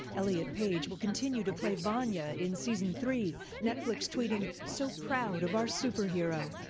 elliot page will continue to play vanya in season three. netflix tweeting so proud of our superhero.